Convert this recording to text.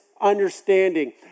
understanding